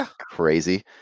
crazy